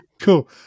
Cool